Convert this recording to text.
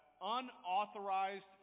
unauthorized